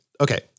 Okay